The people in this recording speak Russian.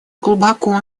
глубоко